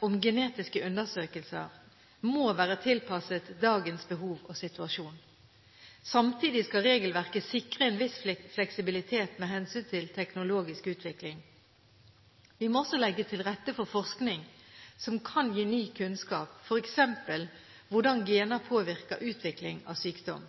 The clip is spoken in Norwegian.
om genetiske undersøkelser må være tilpasset dagens behov og situasjon. Samtidig skal regelverket sikre en viss fleksibilitet med hensyn til teknologisk utvikling. Vi må også legge til rette for forskning som kan gi ny kunnskap, f.eks. hvordan gener påvirker utvikling av sykdom.